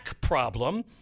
problem